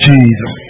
Jesus